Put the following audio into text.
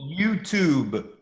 YouTube